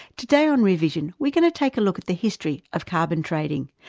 today on rear vision we're going to take a look at the history of carbon trading,